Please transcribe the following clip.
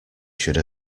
should